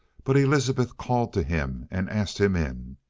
but elizabeth called to him and asked him in.